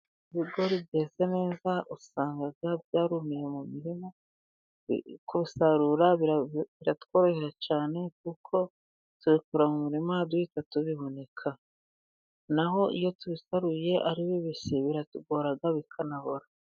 Ibigori byeze neza usanga byarumiye mu mirima, gusarura biratworohera cyane, kuko tubikura mu muririma duhita tubihunika. Naho iyo tubisaruye ari bibisi biratugora bikanabora.